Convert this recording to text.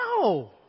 No